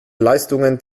leistungen